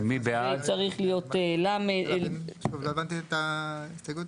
שוב, לא הבנתי את ההסתייגות.